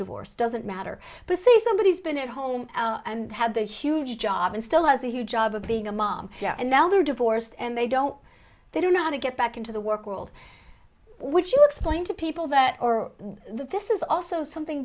divorce doesn't matter but say somebody has been at home and had the huge job and still has a huge job of being a mom and now they're divorced and they don't they don't know how to get back into the work world would you explain to people that or this is also something